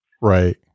right